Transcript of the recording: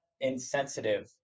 insensitive